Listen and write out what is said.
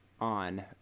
on